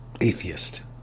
atheist